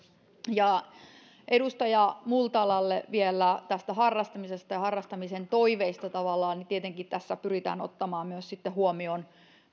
edustaja multalalle vielä tästä harrastamisesta ja tavallaan harrastamisen toiveista tietenkin tässä pyritään ottamaan myös sitten huomioon